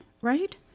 right